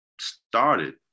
started